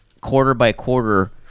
quarter-by-quarter